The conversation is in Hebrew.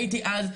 הייתי אז,